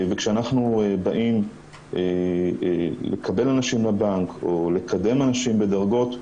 כשאנחנו באים לקבל אנשים לבנק או לקדם אנשים בדרגות,